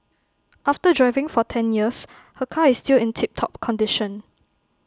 after driving for ten years her car is still in tip top condition